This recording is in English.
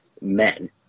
men